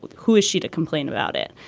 who is she to complain about it.